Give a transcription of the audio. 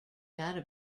data